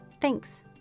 Thanks